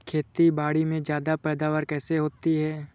खेतीबाड़ी में ज्यादा पैदावार कैसे होती है?